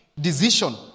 decision